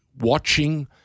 watching